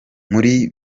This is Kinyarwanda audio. muri